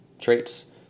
traits